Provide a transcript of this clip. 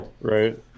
Right